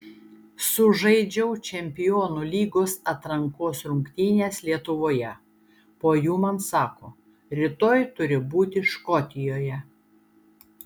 sužaidžiau čempionų lygos atrankos rungtynes lietuvoje po jų man sako rytoj turi būti škotijoje